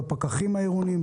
בפקחים העירוניים,